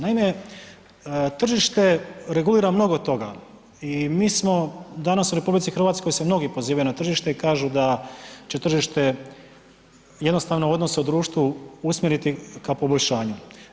Naime, tržište regulira mnogo toga i mi smo danas u RH se mnogi pozivaju na tržište i kažu da će tržište jednostavno odnose u društvu usmjeriti ka poboljšanju.